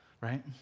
right